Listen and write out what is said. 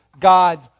God's